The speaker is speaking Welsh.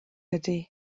ydy